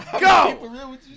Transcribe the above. go